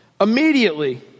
Immediately